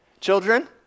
Children